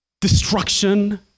destruction